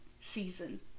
season